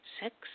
Six